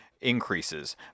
increases